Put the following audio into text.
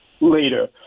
later